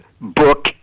book